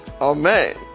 amen